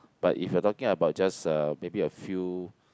but if you're talking about just a maybe a few